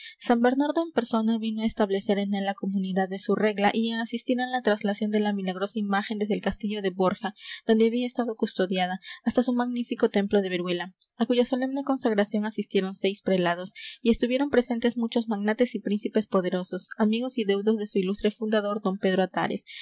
san bernardo en persona vino á establecer en él la comunidad de su regla y á asistir á la traslación de la milagrosa imagen desde el castillo de borja donde había estado custodiada hasta su magnífico templo de veruela á cuya solemne consagración asistieron seis prelados y estuvieron presentes muchos magnates y príncipes poderosos amigos y deudos de su ilustre fundador don pedro atares